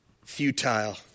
futile